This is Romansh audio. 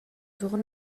sur